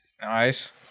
nice